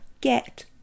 get